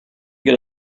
get